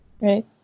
Right